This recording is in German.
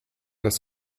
das